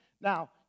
Now